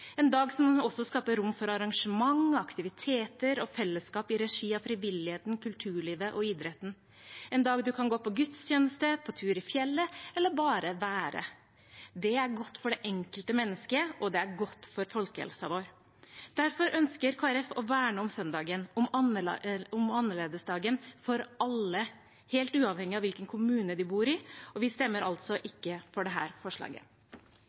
en dag som også skaper rom for arrangementer, aktiviteter og fellesskap i regi av frivillige som kulturlivet og idretten, en dag man kan gå på gudstjeneste, på tur i fjellet eller bare være. Det er godt for det enkelte mennesket, og det er godt for folkehelsen vår. Derfor ønsker Kristelig Folkeparti å verne om søndagen, om annerledesdagen, for alle, helt uavhengig av hvilken kommune de bor i. Vi stemmer altså ikke for dette forslaget. Det